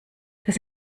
das